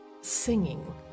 singing